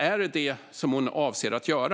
Är det vad hon avser att göra?